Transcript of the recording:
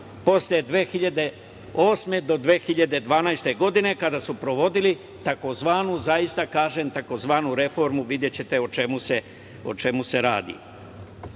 posle 2008. do 2012. godine, kada su provodili tzv. zaista kažem takozvanu reformu. Videćete o čemu se radi.